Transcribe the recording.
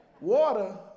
Water